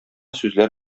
сүзләр